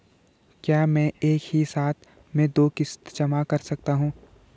क्या मैं एक ही साथ में दो किश्त जमा कर सकता हूँ?